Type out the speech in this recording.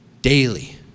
daily